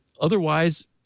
otherwise